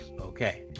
Okay